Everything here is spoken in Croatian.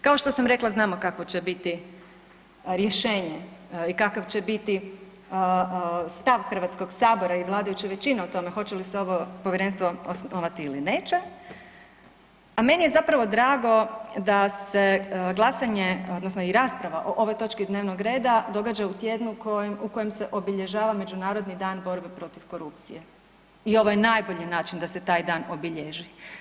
Kako što sam rekla znamo kakvo će biti rješenje i kakav će biti stav Hrvatskog sabora i vladajuće većine o tome hoće li se ovo povjerenstvo osnovati ili neće, a meni je zapravo drago da se glasanje odnosno i rasprava o ovoj točki dnevnog reda događa u tjednu u kojem se obilježava Međunarodni dan borbe protiv korupcije i ovo je najbolji način da se taj dan obilježi.